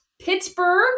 Pittsburgh